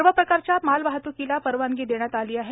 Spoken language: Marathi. सर्वप्रकारच्या मालवाहत्कीला परवानगी देण्यात आली आहे